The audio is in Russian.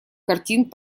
картин